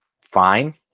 fine